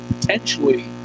potentially